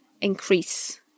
increase